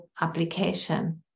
application